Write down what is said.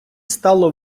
стало